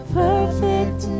perfect